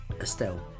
Estelle